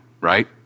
right